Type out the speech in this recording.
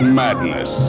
madness